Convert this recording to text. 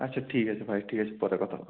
আচ্ছা ঠিক আছে ভাই ঠিক আছে পরে কথা হবে